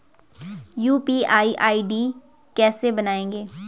UPI ID कैसे बनायें?